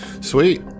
sweet